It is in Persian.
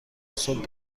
صبح